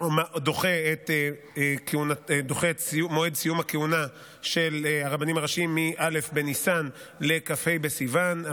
דוחה את מועד סיום הכהונה של הרבנים הראשיים מא' בניסן לכ"ה בסיוון,